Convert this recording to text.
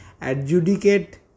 adjudicate